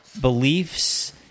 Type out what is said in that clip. beliefs